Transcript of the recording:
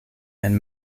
and